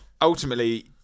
Ultimately